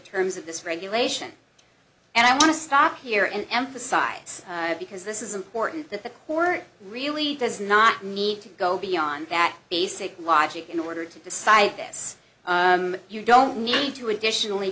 terms of this regulation and i want to stop here and emphasize because this is important that the court really does not need to go beyond that basic logic in order to the scientists you don't need to additionally